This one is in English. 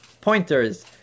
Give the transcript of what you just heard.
pointers